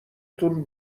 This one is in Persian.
تون